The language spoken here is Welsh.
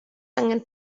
angen